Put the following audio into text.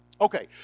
Okay